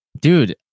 dude